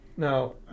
Now